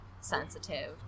sensitive